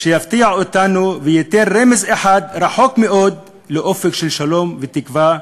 יפתיע אותנו וייתן רמז אחד רחוק מאוד לאופק של שלום ותקווה,